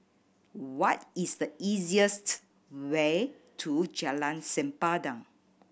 what is the easiest way to Jalan Sempadan